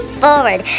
forward